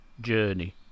Journey